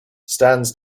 stands